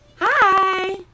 Hi